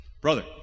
brother